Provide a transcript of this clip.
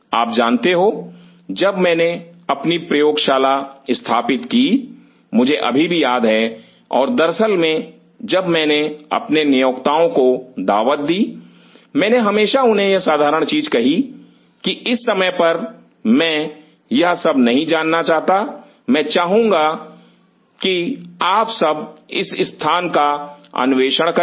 आप जानते हो जब मैंने अपनी प्रयोगशाला स्थापित की मुझे अभी भी याद है और दरअसल में जब मैने अपने नियोक्ताओं को दावत दी मैंने हमेशा उन्हें यह साधारण चीज कही कि इस समय पर मैं यह सब नहीं जानता मैं चाहूंगा कि आप सब इस स्थान का अन्वेषण करें